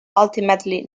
ultimately